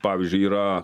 pavyzdžiui yra